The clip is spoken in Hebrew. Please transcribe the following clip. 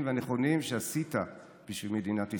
והנכונים שעשית בשביל מדינת ישראל.